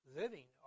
living